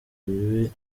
bibi